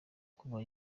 kuba